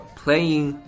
playing